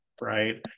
right